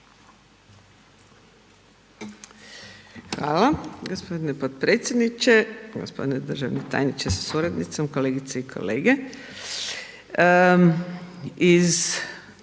Hvala g. potpredsjedniče, g. državni tajniče sa suradnicom, kolegice i kolege.